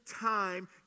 time